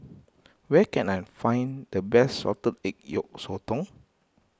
where can I find the best Salted Egg Yolk Sotong